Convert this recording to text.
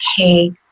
okay